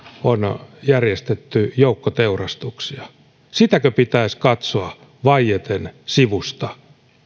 on järjestetty joukkoteurastuksia sitäkö pitäisi katsoa vaieten sivusta